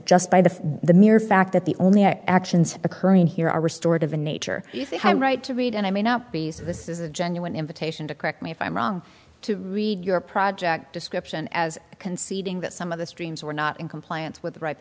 just by the mere fact that the only actions occurring here are restored of a nature right to read and i may not be so this is a genuine invitation to correct me if i'm wrong to read your project description as conceding that some of the streams were not in compliance with